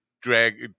drag